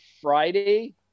Friday